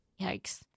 Yikes